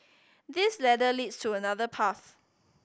this ladder leads to another path